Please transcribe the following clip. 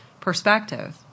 perspective